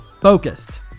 focused